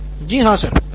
नितिन कुरियन जी हाँ सर